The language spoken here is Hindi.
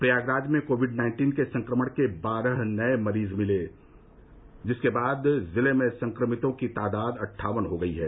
प्रयागराज में कोविड नाइन्टीन संक्रमण के बारह नए मामले मिले जिसके बाद जिले में संक्रमितों की तादाद अट्ठावन हो गई है